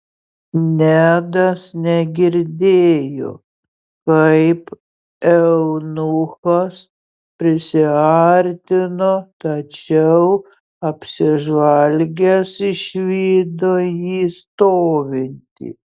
nedas negirdėjo kaip eunuchas prisiartino tačiau apsižvalgęs išvydo jį stovintį